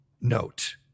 note